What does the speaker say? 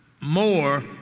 more